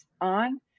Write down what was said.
on